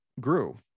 grew